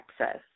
access